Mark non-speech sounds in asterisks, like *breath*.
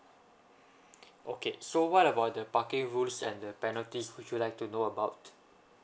*breath* okay so what about the parking rules and the penalties would you like to know about